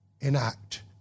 enact